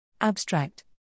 Abstract